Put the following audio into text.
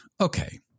Okay